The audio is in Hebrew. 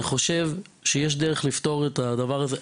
אני חושב שיש דרך לפתור את הדבר הזה.